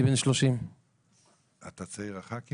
אני בן 30. אתה הצעיר שבח״כים?